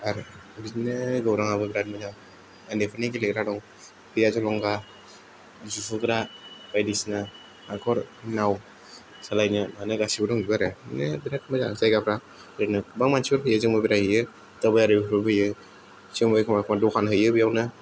आरो बिदिनो गौरांआबो बेराद मोजां उन्दैफोरनि गेलेग्रा दं हैया जलंगा जुहुग्रा बायदिसिना हाखर नाव सालायनो हानाय गासिबो दंजोबो आरो बिदिनो बेराद मोजां जायगाफ्रा बिदिनो गोबां मानसि फैयो जोंबो बेरायहैयो दावबायारिफोरबो फैयो जोंबो एखम्बा एखम्बा दखान हैयो बेयावनो